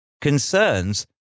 Concerns